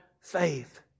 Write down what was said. faith